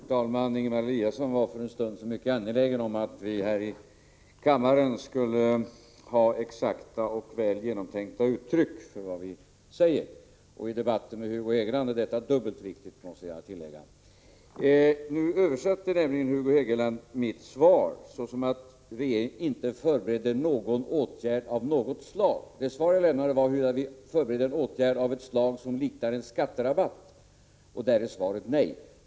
Herr talman! Ingemar Eliasson var för en stund sedan mycket angelägen om att vi här i debatten skulle ha exakta och väl genomtänka uttryck. I debatten med Hugo Hegeland är detta dubbelt viktigt, måste jag tillägga. Nu tolkade nämligen Hugo Hegeland mitt svar som att regeringen inte förberedde någon åtgärd av något slag. Men det svar jag gav gällde frågan om vi förberedde en åtgärd liknande en skatterabatt. Där är svaret nej.